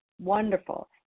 wonderful